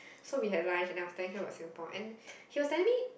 so we had lunch and I was telling him about Singapore and he was telling me